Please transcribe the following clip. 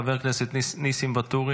חבר הכנסת חמד עמאר,